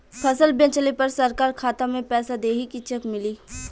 फसल बेंचले पर सरकार खाता में पैसा देही की चेक मिली?